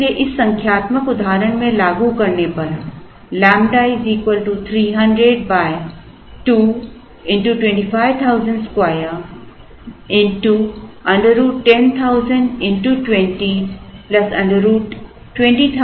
इसलिए इस संख्यात्मक उदाहरण में लागू करने पर ƛ 300 2 x 250002 x √√ 2